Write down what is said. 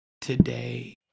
today